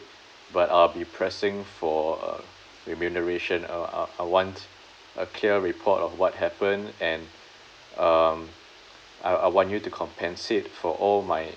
but I'll be pressing for a remuneration uh I I want a clear report of what happened and um I I want you to compensate for all my